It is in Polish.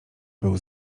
był